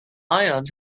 ions